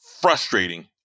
frustrating